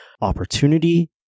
opportunity